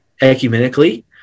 ecumenically